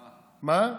מה?